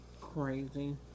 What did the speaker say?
Crazy